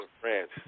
France